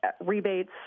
rebates